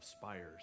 spires